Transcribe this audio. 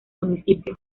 municipio